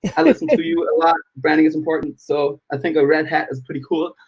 i listen to you a lot, branding is important. so i think a red hat is pretty cool.